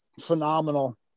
phenomenal